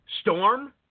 Storm